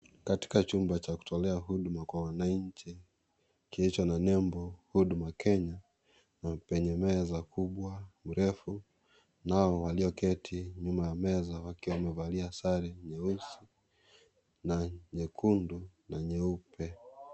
Katika chumba cha kutolea huduma kwa wananchi ikiisha na nembo Huduma Kenya, penye meza kubwa mrefu nao walioketi nyuma ya meza wakiwa wamevalia sare nyeusi na nyekundu na nyeupe.